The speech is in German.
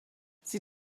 sie